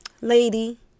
lady